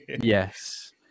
Yes